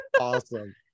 awesome